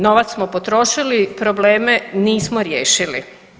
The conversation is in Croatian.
Novac smo potrošili, probleme nismo riješili.